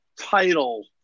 title